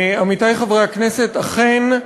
עמיתי חברי הכנסת, אכן,